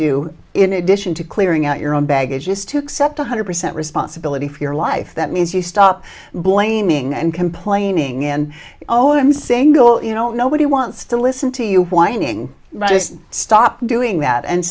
do in addition to clearing out your own baggage is to accept one hundred percent responsibility for your life that means you stop blaming and complaining and oh i'm single you know nobody wants to listen to you whining right just stop doing that and